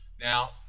now